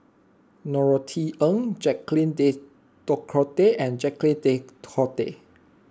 Norothy Ng Jacques De Coutre De and Jacques De Coutre